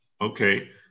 Okay